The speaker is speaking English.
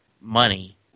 money